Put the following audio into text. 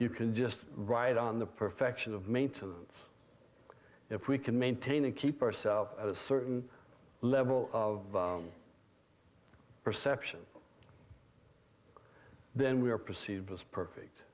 you can just ride on the perfection of maintenance if we can maintain and keep ourselves at a certain level of perception then we are perceived as perfect